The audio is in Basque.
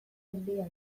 handia